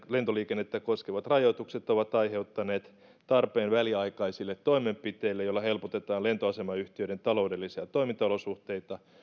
lentoliikennettä koskevat rajoitukset ovat aiheuttaneet tarpeen väliaikaisille toimenpiteille joilla helpotetaan lentoasemayhtiöiden taloudellisia toimintaolosuhteita